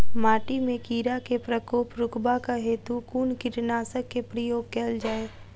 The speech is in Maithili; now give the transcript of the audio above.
माटि मे कीड़ा केँ प्रकोप रुकबाक हेतु कुन कीटनासक केँ प्रयोग कैल जाय?